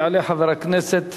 יעלה חבר הכנסת